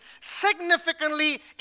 significantly